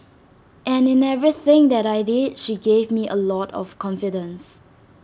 and in everything that I did she gave me A lot of confidence